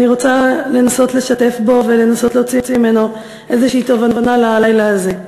אני רוצה לנסות לשתף בו ולנסות להוציא ממנו איזושהי תובנה ללילה הזה.